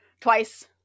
twice